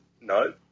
No